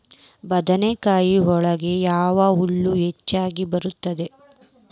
ಬದನೆಕಾಯಿ ಒಳಗೆ ಯಾವ ಹುಳ ಹೆಚ್ಚಾಗಿ ಬರುತ್ತದೆ?